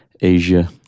Asia